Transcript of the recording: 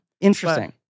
Interesting